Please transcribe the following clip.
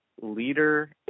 leader